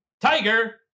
tiger